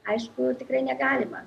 aišku tikrai negalima